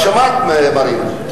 את שמעת, מרינה.